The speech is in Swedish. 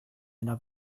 era